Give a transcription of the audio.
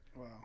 wow